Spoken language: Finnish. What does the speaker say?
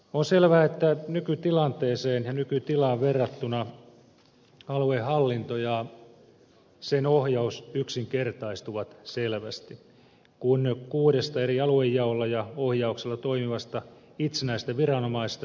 on selvää että nykytilanteeseen ja nykytilaan verrattuna aluehallinto ja sen ohjaus yksinkertaistuvat selvästi kun kuudesta eri aluejaolla ja ohjauksella toimivasta itsenäisestä viranomaisesta siirrytään kahteen